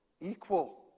equal